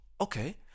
okay